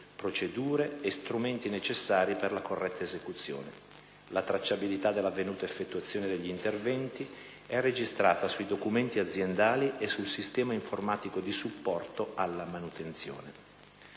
procedure e strumenti necessari per la corretta esecuzione; la tracciabilità dell'avvenuta effettuazione degli interventi è registrata sui documenti aziendali e sul sistema informatico di supporto alla manutenzione.